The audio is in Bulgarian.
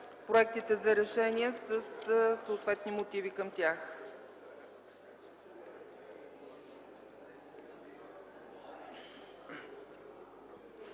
за решения със съответните мотиви към тях.